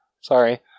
Sorry